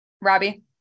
Robbie